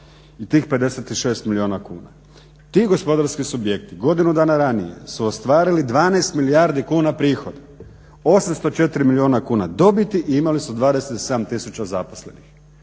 i tih 56 milijuna kuna. Ti gospodarski subjekti godinu dana ranije su ostvarili 12 milijardi kuna prihoda 804 milijuna kuna dobiti i imali su 27 tisuća zaposlenih.